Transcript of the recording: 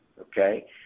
okay